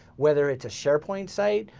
whether it's a sharepoint site,